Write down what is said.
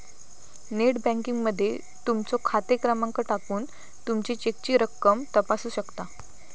net banking मध्ये तुमचो खाते क्रमांक टाकून तुमी चेकची रक्कम तपासू शकता